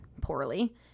poorly